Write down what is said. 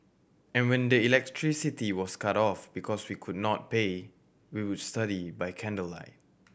and when the electricity was cut off because we could not pay we would study by candlelight